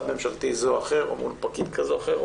ממשלתי זה או אחר או מול פקיד כזה או אחר,